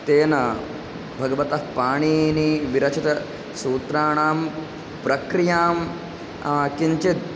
तेन भगवतः पाणिनिना विरचितसूत्राणां प्रक्रियां किञ्चित्